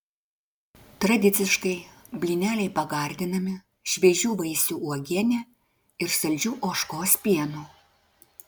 tradiciškai blyneliai pagardinami šviežių vaisių uogiene ir saldžiu ožkos pienu